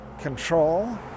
control